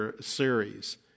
series